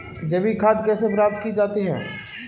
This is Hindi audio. जैविक खाद कैसे प्राप्त की जाती है?